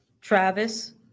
Travis